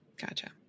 Gotcha